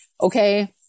okay